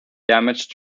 damaged